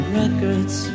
records